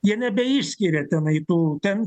jie nebeišskiria ten eitų ten